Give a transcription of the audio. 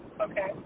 Okay